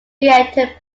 entered